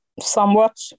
somewhat